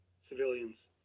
civilians